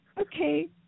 Okay